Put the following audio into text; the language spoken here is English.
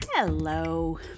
Hello